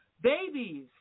babies